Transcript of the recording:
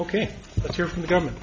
ok if you're from the government